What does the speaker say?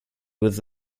was